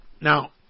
now